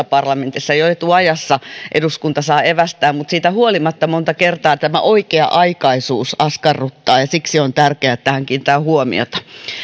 parlamentissa jo etuajassa eduskunta saa evästää mutta siitä huolimatta monta kertaa tämä oikea aikaisuus askarruttaa ja siksi on tärkeää että tähän kiinnitetään huomiota